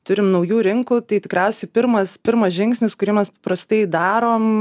turim naujų rinkų tai tikriausiai pirmas pirmas žingsnis kurį mes paprastai darom